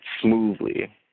smoothly